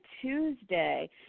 Tuesday